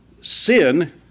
sin